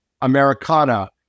Americana